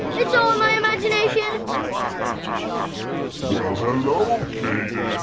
it's all in my imagination. ah well hello kaden.